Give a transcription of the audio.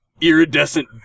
iridescent